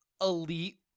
elite